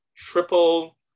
Triple